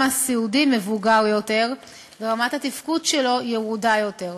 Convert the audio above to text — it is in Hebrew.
הסיעודי מבוגר יותר ורמת התפקוד שלו ירודה יותר.